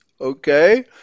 Okay